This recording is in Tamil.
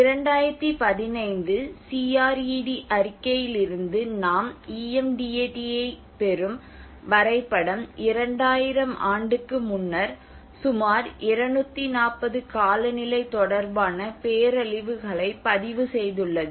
2015 CRED அறிக்கையிலிருந்து நாம் EM DATஐப் பெறும் வரைபடம் 2000 ஆண்டுக்கு முன்னர் சுமார் 240 காலநிலை தொடர்பான பேரழிவுகளை பதிவு செய்துள்ளது